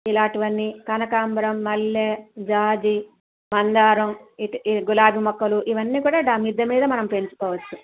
ఇలాంటివన్నీ కనకాంబరం మల్లె జాజి మందారం గులాబీ మొక్కలు ఇవన్నీ కూడా మనం మిద్దె మీద పెంచుకోవచ్చు